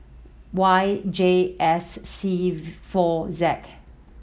Y J S C four Z